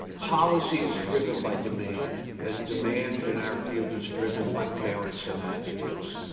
policy is driven by demand and demand in our field is driven by parents and advocates.